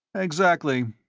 exactly.